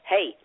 Hey